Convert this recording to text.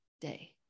day